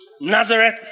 Nazareth